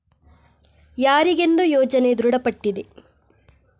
ಯಾರಿಗೆಂದು ಯೋಜನೆ ದೃಢಪಟ್ಟಿದೆ?